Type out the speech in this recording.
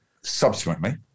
subsequently